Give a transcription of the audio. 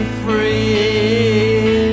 free